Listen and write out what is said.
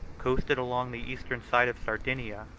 coasted along the eastern side of sardinia,